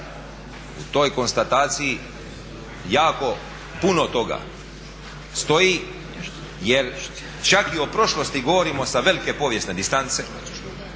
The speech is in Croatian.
U toj konstataciji jako puno toga stoji, jer čak i o prošlosti govorimo sa velike povijesne distance,